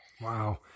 Wow